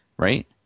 Right